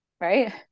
right